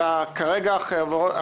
למרות שזה הופך לקרקס פוליטי כאן.